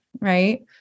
right